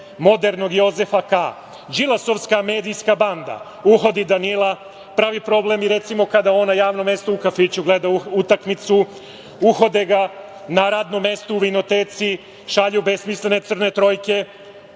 modernog Jozefa K.Đilasovska medijska banda uhodi Danila, pravi problem i kada on na javnom mestu u kafiću gleda utakmicu, uhode ga na radnom mestu u vinoteci, šalju besmislene crne trojke,